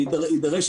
שיידרש,